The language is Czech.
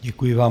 Děkuji vám.